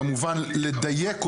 כמובן לדייק אותה,